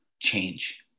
change